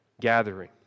gathering